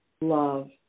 love